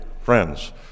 friends